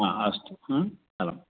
अस्तु अलम्